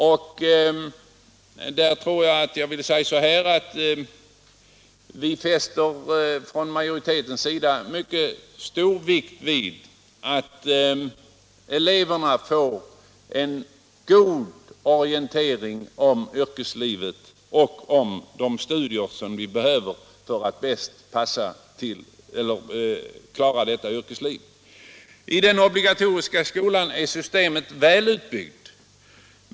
Från majoritetens sida fäster vi mycket stor vikt vid att eleverna får en god orientering om yrkeslivet och om de studier som behövs för att bäst klara detta yrkesliv. I den obligatoriska skolan är systemet väl utbyggt.